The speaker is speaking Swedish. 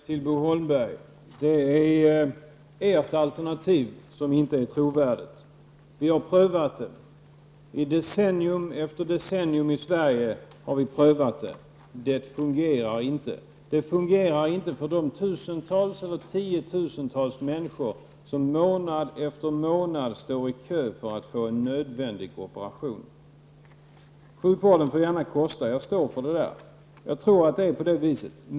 Herr talman! Det är ert alternativ, Bo Holmberg, som inte är trovärdigt. Vi har prövat det. I decennium efter decennium har vi i Sverige prövat det. Det fungerar inte. Det fungerar inte för de tiotusentals människor som månad efter månad står i kö för att få en nödvändig operation utförd. Sjukvården får gärna kosta. Jag står för det. Jag tror att det är på det viset.